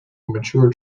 mature